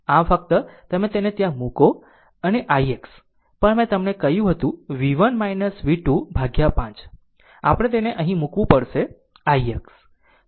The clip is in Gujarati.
આમ આમ ફક્ત તમે તેને ત્યાં મૂકો અને ix પણ મેં તમને કહ્યું હતું v1 v2 દ્વારા 5 આપણે તેને અહીં મૂકવું પડશે ix